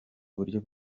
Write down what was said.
buryo